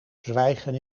zwijgen